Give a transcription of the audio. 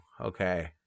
Okay